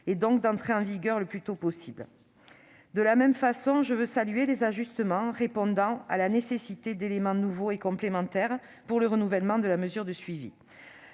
d'entrer en vigueur le plus tôt possible. De la même façon, je salue les ajustements répondant à la nécessité d'éléments nouveaux et complémentaires pour le renouvellement de la mesure de suivi.